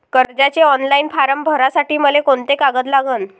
कर्जाचे online form भरासाठी मले कोंते कागद लागन?